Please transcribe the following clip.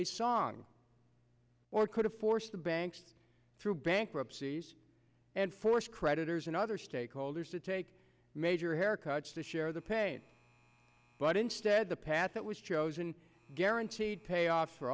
a song or could have forced the banks through bankruptcy and forced creditors and other stakeholders to take major haircuts to share the pain but instead the path that was chosen guaranteed payoff for